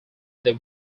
they